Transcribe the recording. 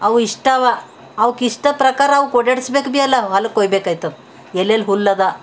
ಅವು ಇಷ್ಟವ ಅವಕ್ ಇಷ್ಟದ ಪ್ರಕಾರ ಅವಕ್ ಓಡ್ಯಾಡಿಸ್ಬೇಕು ಭಿ ಅಲ್ಲ ಹೊಲಕ್ಕೆ ಒಯ್ಬೇಕಾಯ್ತದೆ ಎಲ್ಲೆಲ್ಲಿ ಹುಲ್ಲದ